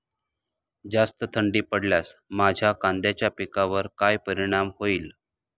जास्त थंडी पडल्यास माझ्या कांद्याच्या पिकावर काय परिणाम होईल?